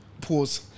Pause